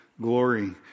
glory